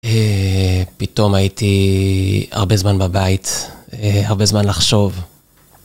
פתאום הייתי הרבה זמן בבית, הרבה זמן לחשוב.